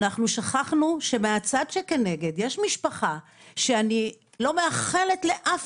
אנחנו שכחנו שמהצד שכנגד יש משפחה שאני לא מאחלת לאף